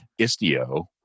Istio